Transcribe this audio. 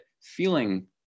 feeling